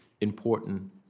important